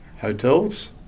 hotels